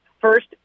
first